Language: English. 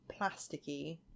plasticky